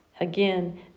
again